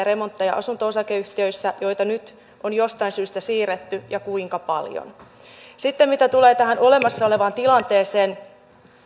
remontteja asunto osakeyhtiöissä joita nyt on jostain syystä siirretty ja kuinka paljon sitten mitä tulee tähän olemassa olevaan tilanteeseen